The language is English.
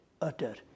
utter